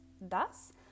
Thus